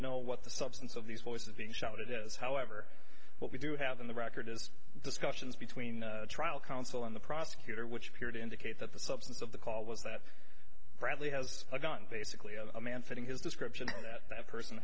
know what the substance of these voices being shot it is however what we do have in the record is discussions between trial counsel and the prosecutor which appeared indicate that the substance of the call was that bradley has a gun basically of a man fitting his description that that person